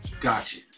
Gotcha